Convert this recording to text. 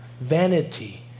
Vanity